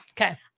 Okay